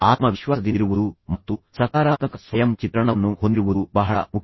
ಆತ್ಮವಿಶ್ವಾಸದಿಂದಿರುವುದು ಮತ್ತು ಸಕಾರಾತ್ಮಕ ಸ್ವಯಂ ಚಿತ್ರಣವನ್ನು ಹೊಂದಿರುವುದು ಬಹಳ ಮುಖ್ಯ